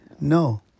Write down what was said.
no